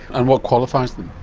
and what qualifies them?